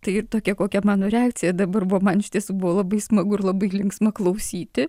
tai ir tokia kokia mano reakcija dabar buvo man iš tiesų buvo labai smagu ir labai linksma klausyti